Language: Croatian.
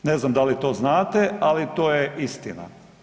Ne znam da li to znate, ali to je istina.